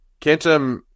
Cantum